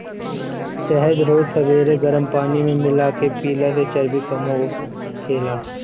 शहद रोज सबेरे गरम पानी में मिला के पियला से चर्बी कम होखेला